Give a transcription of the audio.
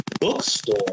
bookstore